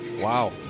Wow